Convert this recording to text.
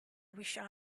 wished